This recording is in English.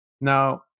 Now